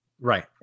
Right